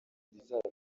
ibizava